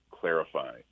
clarify